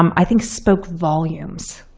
um i think spoke volumes.